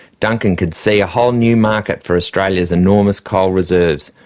duncan could see a whole new market for australia's enormous coal reserves,